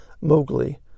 Mowgli